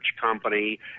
company